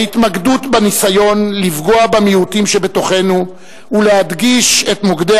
ההתמקדות בניסיון לפגוע במיעוטים שבתוכנו ולהדגיש את מוקדי